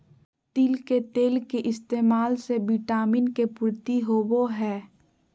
तिल के तेल के इस्तेमाल से विटामिन के पूर्ति होवो हय